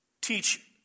teach